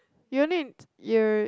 you only you're